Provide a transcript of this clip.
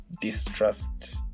distrust